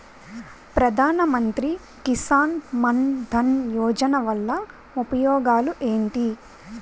ప్రధాన మంత్రి కిసాన్ మన్ ధన్ యోజన వల్ల ఉపయోగాలు ఏంటి?